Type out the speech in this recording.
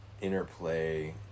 interplay